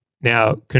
Now